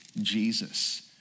Jesus